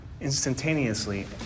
instantaneously